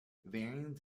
variants